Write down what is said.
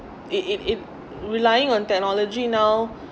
it it it relying on technology now